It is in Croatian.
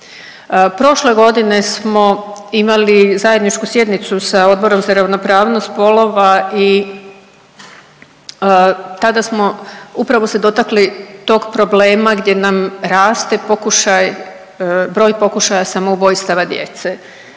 Prošle godine smo imali zajedničku sjednicu sa Odborom za ravnopravnost spolova i tada smo upravo se dotakli tog problema gdje nam raste pokušaj, broj pokušaja samoubojstava djece.